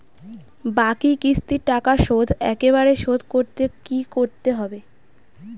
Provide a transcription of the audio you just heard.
বাকি কিস্তির টাকা শোধ একবারে শোধ করতে কি করতে হবে?